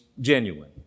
genuine